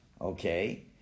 Okay